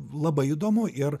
labai įdomu ir